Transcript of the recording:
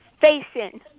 facing